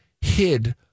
hid